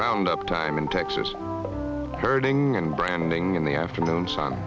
round up time in texas curling and branding in the afternoon s